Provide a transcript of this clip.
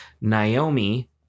Naomi